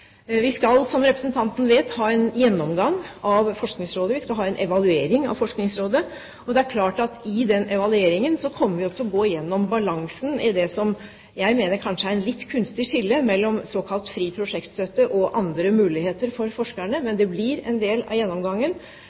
Vi skal, som representanten vet, ha en gjennomgang av Forskningsrådet. Vi skal ha en evaluering av Forskningsrådet. Det er klart at i den evalueringen kommer vi til å gå gjennom balansen i det som jeg mener kanskje er et litt kunstig skille mellom såkalt fri prosjektstøtte og andre muligheter for forskerne, men det blir en del av gjennomgangen.